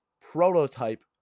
prototype